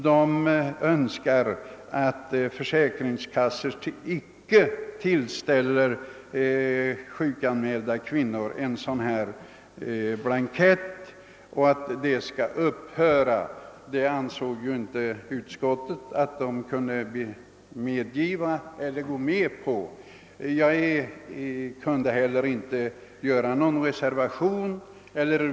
De önskar att försäkringskassorna icke skall tillställa sjukanmälda kvinnor en dylik blankett. Utskottsmajoriteten anser sig inte kunna biträda dessa önskemål. Jag ansåg för min del att det skulle vara möjligt att åstadkomma en gemensam reservation. Det lät sig emellertid inte göra.